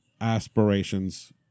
aspirations